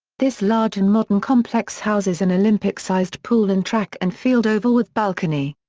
this large and modern complex houses an olympic-sized pool and track and field oval with balcony.